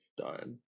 done